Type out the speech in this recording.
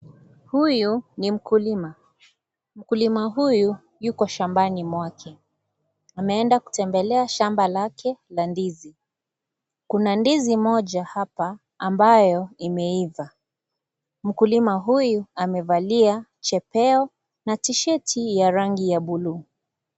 Huyu ni mkulima, mkulima huyu yuko shambani mwake, ameenda kutembelea shamba lake la ndizi, kuna ndizi moja hapa ambayo imeiva, mkulima huyu amevalia chepeo na tisheti ya rangi ya buluu.